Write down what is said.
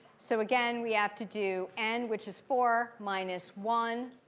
so again, we have to do n, which is four, minus one.